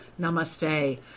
Namaste